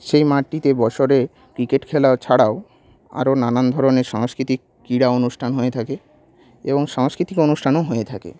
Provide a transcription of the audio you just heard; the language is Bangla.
সেই মাঠটিতে বছরে ক্রিকেট খেলা ছাড়াও আরও নানান ধরনের সাংস্কৃতিক ক্রীড়া অনুষ্ঠান হয়ে থাকে এবং সাংস্কৃতিক অনুষ্ঠানও হয়ে থাকে